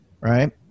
right